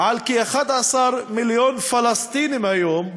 על כ-11 מיליון פלסטינים היום,